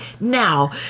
now